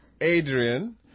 Adrian